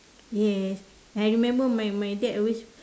yes I remember my my dad always